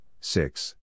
six